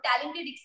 talented